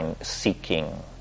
seeking